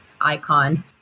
icon